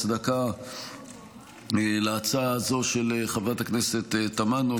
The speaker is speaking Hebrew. הצדקה להצעה הזו של חברת הכנסת תמנו,